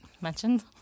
Mentioned